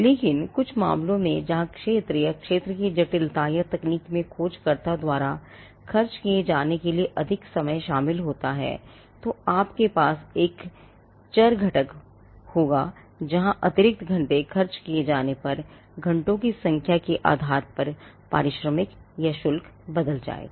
लेकिन कुछ मामलों में जहां क्षेत्र या क्षेत्र की जटिलता या तकनीक में खोजकर्ता द्वारा खर्च किए जाने के लिए अधिक समय शामिल होता है तो आपके पास एक चर घटक होगा जहां अतिरिक्त घंटे खर्च किए जाने पर घंटों की संख्या के आधार पर पारिश्रमिक या शुल्क बदल जाएगा